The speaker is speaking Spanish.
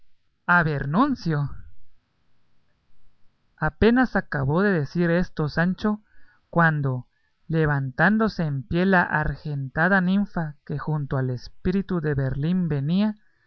azotarme yo abernuncio apenas acabó de decir esto sancho cuando levantándose en pie la argentada ninfa que junto al espíritu de merlín venía